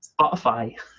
Spotify